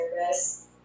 service